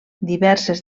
diverses